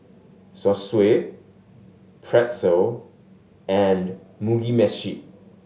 Zosui Pretzel and Mugi Meshi